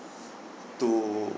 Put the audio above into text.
to